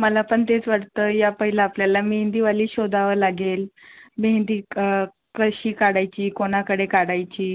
मला पण तेच वाटत आहे पहिलं आपल्याला मेंदीवाली शोधावं लागेल मेहेंदी क कशी काढायची कोणाकडे काढायची